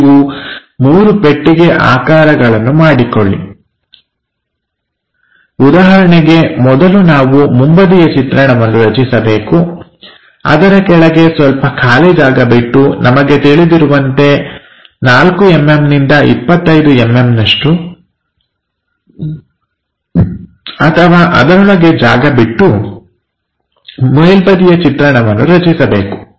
ನೀವು ಮೂರು ಪೆಟ್ಟಿಗೆಯ ಆಕಾರಗಳನ್ನು ಮಾಡಿಕೊಳ್ಳಿ ಉದಾಹರಣೆಗೆ ಮೊದಲು ನಾವು ಮುಂಬದಿಯ ಚಿತ್ರಣವನ್ನು ರಚಿಸಬೇಕು ಅದರ ಕೆಳಗೆ ಸ್ವಲ್ಪ ಖಾಲಿ ಜಾಗ ಬಿಟ್ಟು ನಮಗೆ ತಿಳಿದಿರುವಂತೆ 4mm ನಿಂದ 25mm ನಷ್ಟು ಅಥವಾ ಅದರೊಳಗೆ ಜಾಗ ಬಿಟ್ಟು ಮೇಲ್ಬದಿಯ ಚಿತ್ರಣವನ್ನು ರಚಿಸಬೇಕು